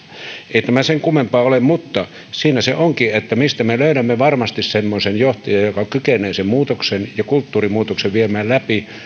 ei tämä sen kummempaa ole mutta siinä se onkin että mistä me löydämme varmasti semmoisen johtajan joka kykenee sen muutoksen ja kulttuurin muutoksen viemään läpi